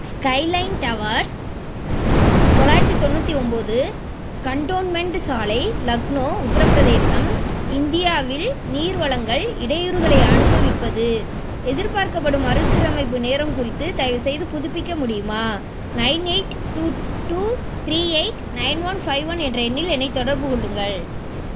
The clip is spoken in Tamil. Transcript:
ஸ்கைலைன் டவர்ஸ் தொள்ளாயிரத்தி தொண்ணூத்தி ஒம்போது கண்டோன்மெண்ட்டு சாலை லக்னோ உத்திரப்பிரதேசம் இந்தியாவில் நீர் வளங்கள் இடையூறுகளை அனுபவிப்பது எதிர்பார்க்கப்படும் மறுசீரமைப்பு நேரம் குறித்து தயவுசெய்து பு துப்பிக்க முடியுமா nine eight two two three eight nine one five one என்ற எண்ணில் என்னை தொடர்புக் கொள்ளுங்கள்